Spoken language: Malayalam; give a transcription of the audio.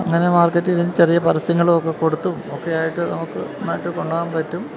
അങ്ങനെ മാർക്കറ്റിങ്ങിന് ചെറിയ പരസ്യങ്ങളൊക്കെ കൊടുത്തും ഒക്കെയായിട്ട് നമുക്ക് നന്നായിട്ട് കൊണ്ടുപോകാൻ പറ്റും